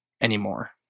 anymore